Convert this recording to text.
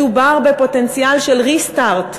מדובר בפוטנציאל של restart,